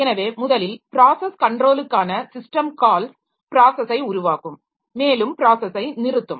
எனவே முதலில் ப்ராஸஸ் கண்ட்ரோலுக்கான சிஸ்டம் கால்ஸ் ப்ராஸஸை உருவாக்கும்மேலும் ப்ராஸஸை நிறுத்தும்